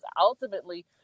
ultimately